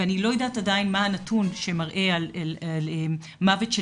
ואני לא יודעת עדיין מה הנתון שמראה על מוות של